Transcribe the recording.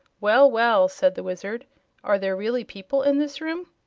well, well! said the wizard are there really people in this room?